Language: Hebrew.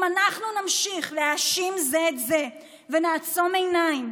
אם אנחנו נמשיך להאשים זה את זה ונעצום עיניים,